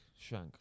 Shank